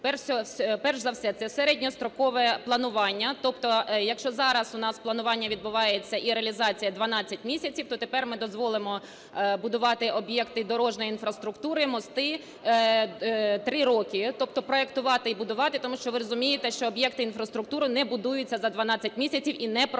Перш за все, це середньострокове планування, тобто якщо зараз у нас планування відбувається і реалізація 12 місяців, то тепер ми дозволимо будувати об'єкти дорожньої інфраструктури, мости 3 роки, тобто проектувати і будувати, тому що ви розумієте, що об'єкти інфраструктури не будуються за 12 місяців і не проектуються.